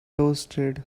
toasted